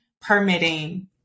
permitting